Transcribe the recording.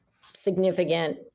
significant